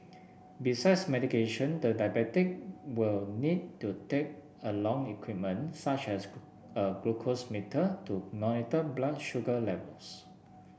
besides medication the diabetic will need to take along equipment such as a glucose meter to monitor blood sugar levels